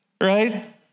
right